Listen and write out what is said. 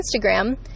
Instagram